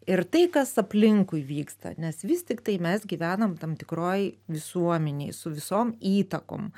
ir tai kas aplinkui vyksta nes vis tiktai mes gyvenam tam tikroj visuomenėj su visom įtakom